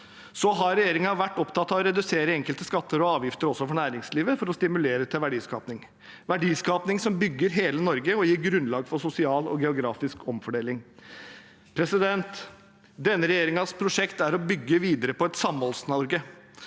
Så har regjeringen vært opptatt av å redusere enkelte skatter og avgifter også for næringslivet, for å stimulere til verdiskaping – verdiskaping som bygger hele Norge og gir grunnlag for sosial og geografisk omfordeling. Denne regjeringens prosjekt er å bygge videre på et Samholds-Norge